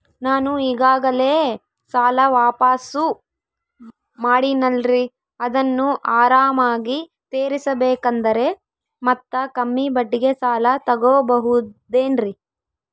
ನಾನು ಈಗಾಗಲೇ ಸಾಲ ವಾಪಾಸ್ಸು ಮಾಡಿನಲ್ರಿ ಅದನ್ನು ಆರಾಮಾಗಿ ತೇರಿಸಬೇಕಂದರೆ ಮತ್ತ ಕಮ್ಮಿ ಬಡ್ಡಿಗೆ ಸಾಲ ತಗೋಬಹುದೇನ್ರಿ?